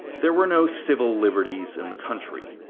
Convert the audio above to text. there were no civil liberties in the country.